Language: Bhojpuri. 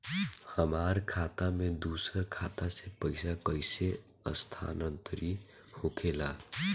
हमार खाता में दूसर खाता से पइसा कइसे स्थानांतरित होखे ला?